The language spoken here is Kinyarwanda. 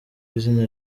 izina